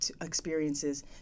experiences